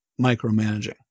micromanaging